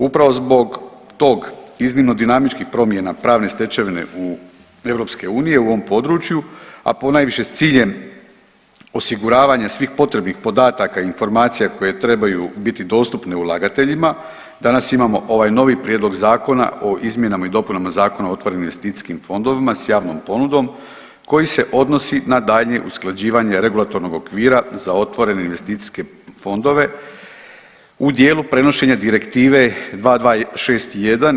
Upravo zbog tog iznimno dinamičkih promjena pravne stečevine EU u ovom području, a ponajviše s ciljem osiguravanja svih potrebnih podataka i informacija koje trebaju biti dostupne ulagateljima, danas imamo ovaj novi Prijedlog zakona o izmjenama i dopunama Zakona o otvorenim investicijskim fondovima s javnom ponudom koji se odnosi na daljnje usklađivanje regulatornog okvira za otvorene investicijske fondove u dijelu prenošenja Direktive 2261/